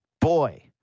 boy